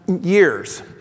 years